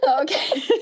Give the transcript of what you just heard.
Okay